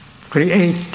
create